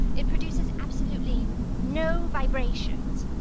it produces absolutely no vibrations.